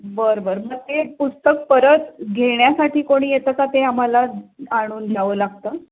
बरं बरं मग ते पुस्तक परत घेण्यासाठी कोणी येतं का ते आम्हाला आणून घ्यावं लागतं